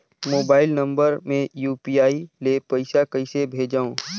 Mobile number मे UPI ले पइसा कइसे भेजवं?